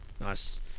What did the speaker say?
nice